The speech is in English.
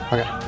Okay